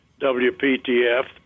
WPTF